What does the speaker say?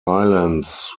islands